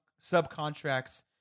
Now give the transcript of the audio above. subcontracts